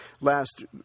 last